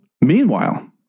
Meanwhile